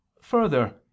Further